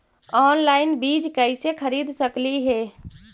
Online बीज कईसे खरीद सकली हे?